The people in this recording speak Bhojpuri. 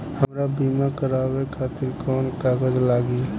हमरा बीमा करावे खातिर कोवन कागज लागी?